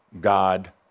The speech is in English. God